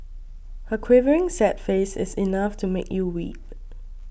her quivering sad face is enough to make you weep